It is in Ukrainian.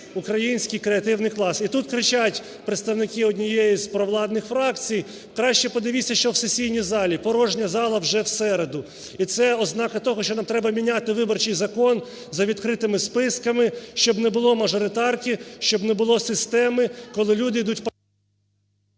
український креативний клас. (Шум в залі) І тут кричать представники однієї з провладних фракцій, краще подивіться, що в сесійній залі – порожня зала вже в середу. І це ознака того, що нам треба міняти виборчий закон: за відкритими списками, щоб не було мажоритарки, щоб не було системи, коли люди йдуть в...